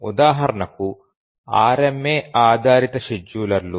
ఉదాహరణకు RMA ఆధారిత షెడ్యూలర్లు